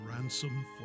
ransom